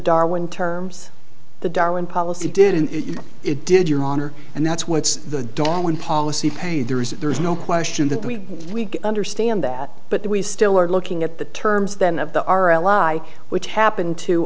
darwin terms the darwin policy did in it did your honor and that's what's the darwin policy paid there is that there is no question that we weak understand that but we still are looking at the terms then of the our ally which happen to